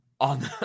on